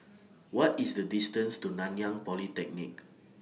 What IS The distance to Nanyang Polytechnic